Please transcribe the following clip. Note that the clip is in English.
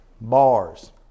bars